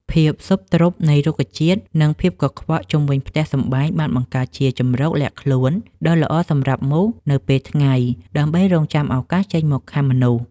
ភាពស៊ុបទ្រុបនៃរុក្ខជាតិ និងភាពកខ្វក់ជុំវិញផ្ទះសម្បែងបានបង្កើតជាជម្រកលាក់ខ្លួនដ៏ល្អសម្រាប់មូសនៅពេលថ្ងៃ ដើម្បីរង់ចាំឱកាសចេញមកខាំមនុស្ស។